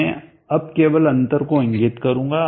मैं अब केवल अंतर को इंगित करूंगा